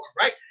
right